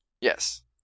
Yes